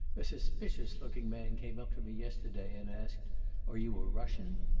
a suspicious-looking man came up to me yesterday and asked are you a russian?